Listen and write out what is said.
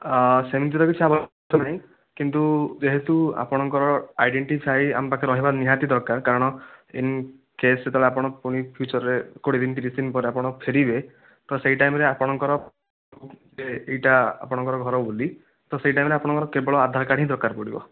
ସେମିତିରେ କିଛି ଆବଶ୍ୟକତା ନାହିଁ କିନ୍ତୁ ଯେହେତୁ ଆପଣଙ୍କର ଆଇଡେନଟିଫାଏ ଆମ ପାଖରେ ନିହାତି ରହିବା ଦରକାର କାରଣ ଇନକେସ ଯେତେବେଳେ ଆପଣ ପୁଣି ଫିଉଚରରେ କୋଡ଼ିଏ ଦିନ ତିରିଶ ଦିନ ପରେ ଆପଣ ଫେରିବେ ତ ସେହି ଟାଇମରେ ଆପଣଙ୍କର ଏହିଟା ଆପଣଙ୍କର ଘର ବୋଲି ତ ସେହି ଟାଇମରେ ଆପଣଙ୍କର କେବଳ ଆଧାର କାର୍ଡ ହିଁ ଦରକାର ପଡ଼ିବ